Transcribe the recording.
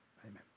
Amen